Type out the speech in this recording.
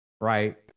Right